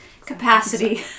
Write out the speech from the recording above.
capacity